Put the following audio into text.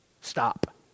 Stop